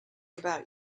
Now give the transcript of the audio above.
about